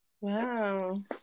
Wow